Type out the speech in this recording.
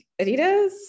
Adidas